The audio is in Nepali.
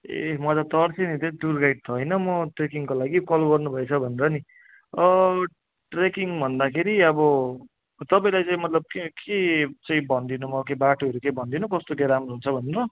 ए म त तर्सेँ नि त्यही त टुर गाइड त होइन म ट्रेकिङको लागि कल गर्नु भएछ भनेर नि ट्रेकिङ भन्दाखेरि अब तपाईँलाई चाहिँ मतलब के के चाहिँ भन्दिनु म के बाटोहरू के भन्दिनु कस्तो के राम्रो हुन्छ भन्दिनु